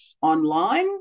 online